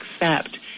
accept